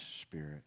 Spirit